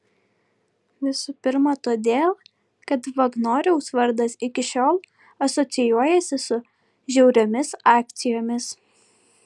visų pirma todėl kad vagnoriaus vardas iki šiol asocijuojasi su žiauriomis akcijomis